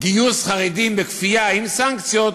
גיוס חרדים בכפייה עם סנקציות,